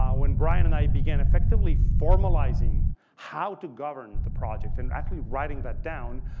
um when brian and i began effectively formalizing how to govern the project and actually writing that down,